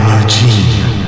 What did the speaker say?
Eugene